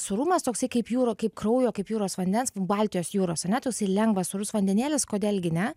sūrumas toksai kaip jūro kaip kraujo kaip jūros vandens baltijos jūros ane toksai lengvas sūrus vandenėlis kodėl gi ne